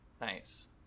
Nice